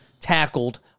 tackled